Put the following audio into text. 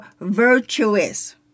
virtuous